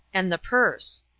and the purse.